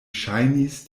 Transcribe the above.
ŝajnis